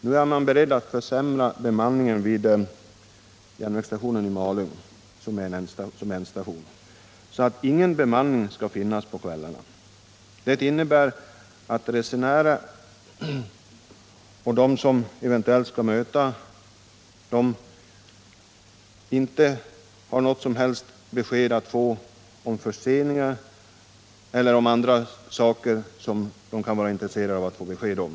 Man är nu beredd att försämra bemanningen vid järnvägsstationen i Malung, som är ändstation, så att ingen bemanning skall finnas där på kvällarna. Detta innebär för resenärerna och för de människor som eventuellt skall möta resenärerna vid tåget, att man inte kan få några som helst besked om förseningar och annat, som det kan vara av intresse att få besked om.